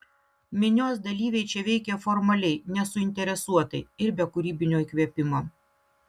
minios dalyviai čia veikė formaliai nesuinteresuotai ir be kūrybinio įkvėpimo